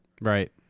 Right